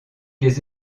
les